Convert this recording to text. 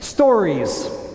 Stories